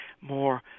more